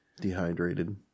Dehydrated